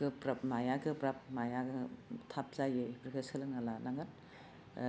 गोब्राब माया गोब्राब माया थाब जायो बेफोरखौ सोलोंना लानांगोन